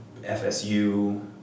FSU